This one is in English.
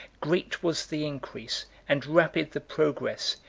great was the increase, and rapid the progress,